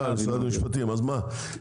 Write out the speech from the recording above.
משרד המשפטים אז מה,